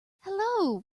hello